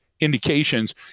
indications